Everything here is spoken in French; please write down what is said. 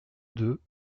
deux